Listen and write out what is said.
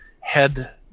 head